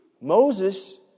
Moses